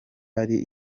ari